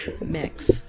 mix